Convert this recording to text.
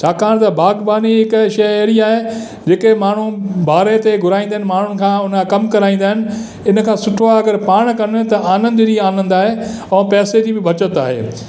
छाकाणि त बाग़बानी हिकु शइ अहिड़ी आहे जिते माण्हू भाड़े ते घुराईंदा आहिनि माण्हुनि खां उन खां कमु कराईंदा आहिनि इन खां सुठो आहे की पाण कनि त आनंद ई आनंदु आहे ऐं पैसे जी बि बचति आहे